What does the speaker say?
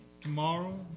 Tomorrow